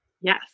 Yes